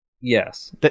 Yes